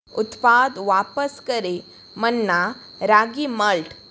उत्पाद वापस करें मन्ना रागी माल्ट